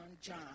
John